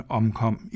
omkom